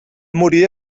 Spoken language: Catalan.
morir